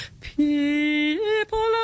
People